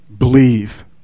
believe